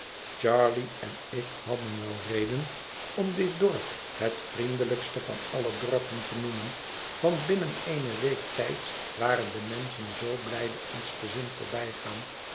charley en ik hadden wel reden om dit dorp het vriendelijkste van alle dorpen te noemen want binnen eene week tij ds waren de menschen zoo blijde ons te zien voorbijgaan